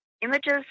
Images